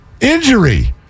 injury